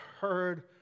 heard